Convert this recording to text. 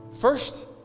first